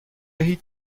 هیچ